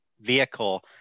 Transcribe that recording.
vehicle